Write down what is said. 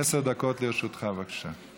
עשר דקות לרשותך, בבקשה.